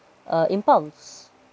uh impulse